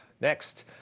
Next